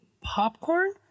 popcorn